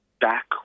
back